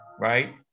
right